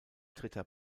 dritter